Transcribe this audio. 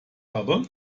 habe